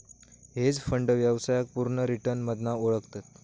hedge fund व्यवसायाक पुर्ण return मधना ओळखतत